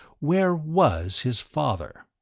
where was his father?